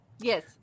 Yes